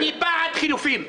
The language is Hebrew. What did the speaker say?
אני בעד חילופים.